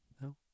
No